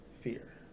Fear